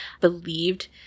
believed